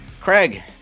Craig